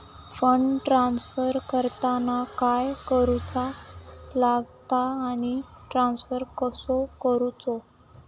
Fund transfer करताना काय करुचा लगता आनी ट्रान्स्फर कसो करूचो?